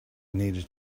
needed